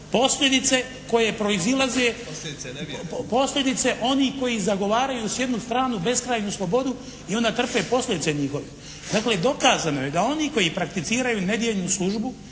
posljedice koje proizlaze, posljedice onih koji zagovaraju s jedne strane beskrajnu slobodu i onda trpe posljedice njihove. Dakle, dokazano je da oni koji prakticiraju nedjeljnu službu,